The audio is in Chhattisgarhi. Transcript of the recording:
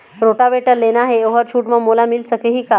रोटावेटर लेना हे ओहर छूट म मोला मिल सकही का?